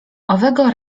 owego